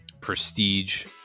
prestige